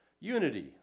Unity